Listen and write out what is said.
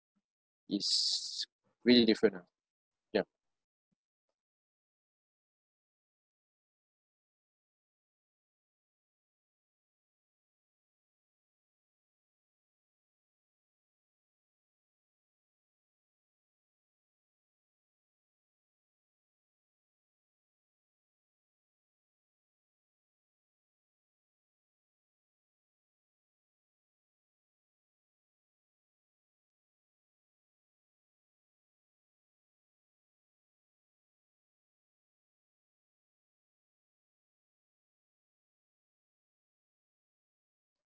is really different ah yup